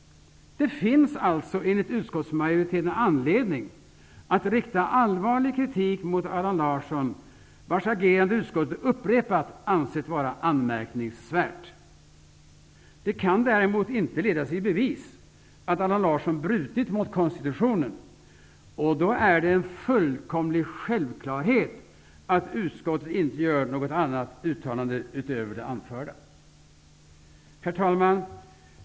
Det finns alltså enligt utskottsmajoriteten anledning att rikta allvarlig kritik mot Allan Larsson, vars agerande utskottet vid upprepade tillfällen ansett vara anmärkningsvärt. Det kan däremot inte ledas i bevis att Allan Larsson har brutit mot konstitutionen, och då är det en fullkomlig självklarhet att utskottet inte gör något annat uttalande utöver det anförda. Herr talman!